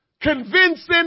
convincing